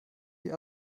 die